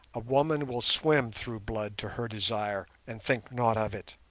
a woman will swim through blood to her desire, and think nought of it.